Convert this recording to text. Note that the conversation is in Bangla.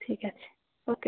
ঠিক আছে ওকে